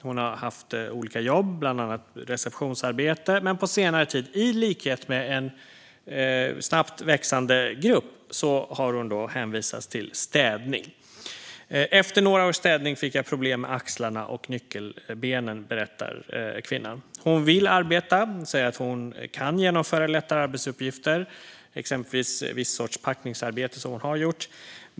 Hon har haft olika jobb, bland annat receptionsarbete. Men på senare tid har hon, i likhet med en snabbt växande grupp, hänvisats till städning. Efter några års städning fick jag problem med axlarna och nyckelbenen, berättar kvinnan. Hon vill arbeta. Hon säger att hon kan utföra lättare arbetsuppgifter, exempelvis viss sorts packningsarbete som hon har gjort.